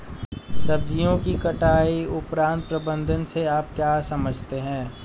सब्जियों की कटाई उपरांत प्रबंधन से आप क्या समझते हैं?